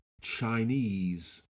Chinese